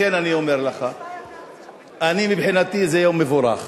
לכן אני אומר לך, אני, מבחינתי, זה יום מבורך